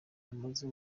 yamaze